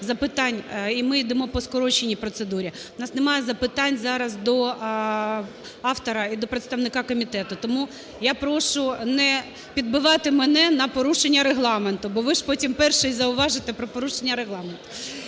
і ми йдемо по скороченій процедурі. В нас немає запитань зараз до автора і до представника комітету. Тому я прошу не підбивати мене на порушення регламенту, бо ви ж потім перший зауважите про порушення регламенту.